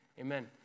Amen